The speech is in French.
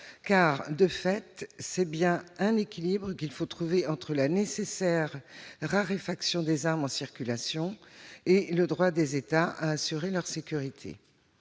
De fait, c'est bien un équilibre qu'il faut trouver entre la nécessaire raréfaction des armes en circulation et le droit des États à assurer leur sécurité.